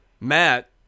Matt